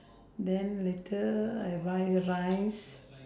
then later I buy rice